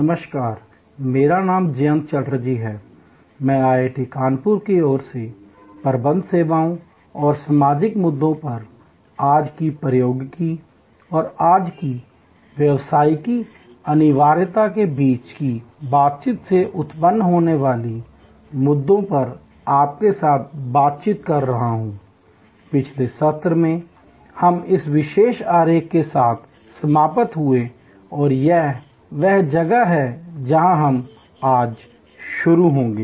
नमस्कार मेरा नाम जयंत चटर्जी है मैं IIT कानपुर की ओर से प्रबंध सेवाओं और समसामयिक मुद्दों पर और आज की प्रौद्योगिकी और आज की व्यावसायिक अनिवार्यता के बीच की बातचीत से उत्पन्न होने वाले मुद्दों पर आपके साथ बातचीत कर रहा हूंI पिछले सत्र में हम इस विशेष आरेख के साथ समाप्त हुए और यही वह जगह है जहां हम आज शुरू करेंगे